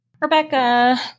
Rebecca